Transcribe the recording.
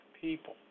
people